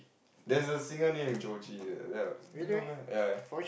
there's a singer name ya